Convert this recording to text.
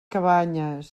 cabanyes